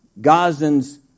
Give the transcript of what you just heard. Gazans